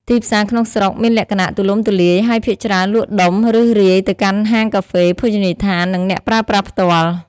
ទីផ្សារក្នុងស្រុកមានលក្ខណៈទូលំទូលាយ ហើយភាគច្រើនលក់ដុំ ឬរាយទៅកាន់ហាងកាហ្វេ ភោជនីយដ្ឋាន និងអ្នកប្រើប្រាស់ផ្ទាល់។